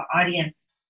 audience